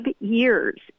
years